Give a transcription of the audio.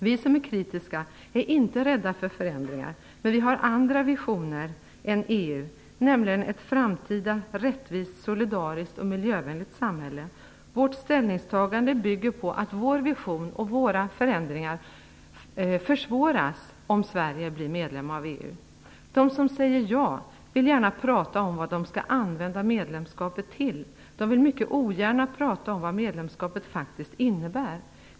Vi som är kritiska är inte rädda för förändringar, men vi har andra visioner än EU, nämligen ett framtida rättvist, solidariskt och miljövänligt samhälle. Vårt ställningstagande bygger på att vår vision och våra förändringar försvåras om Sverige blir medlem av EU. De som säger ja vill gärna prata om vad de skall använda medlemskapet till. De vill mycket ogärna prata om vad medlemskapet faktiskt innebär.